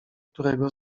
którego